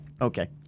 okay